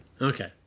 okay